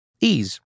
Ease